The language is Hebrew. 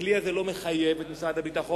הכלי הזה לא מחייב את משרד הביטחון,